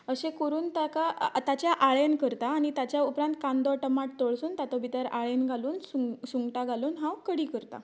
अशें करून ताका ताचें आळेण करता आनी ताच्या उपरांत कांदो टमाट तळसून तातूंत भितर आळेन घालून सुंग सुंगटां घालून हांव कडी करता